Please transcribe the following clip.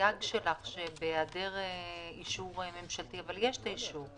הסייג שלך של בהיעדר אישור ממשלתי אבל יש אישור.